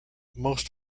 most